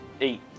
Eight